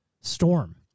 storm